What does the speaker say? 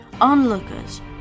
onlookers